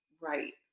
Right